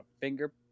Finger